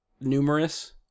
numerous